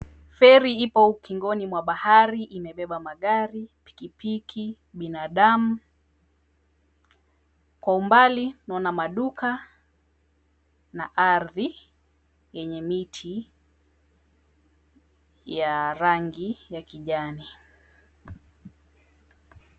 Feri ipo ukingoni mwa bahari imebeba magari, ppikipiki, binadamu. Kwa umbali naona maduka na ardhi yenye miti ya rangi ya kijani.